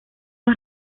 los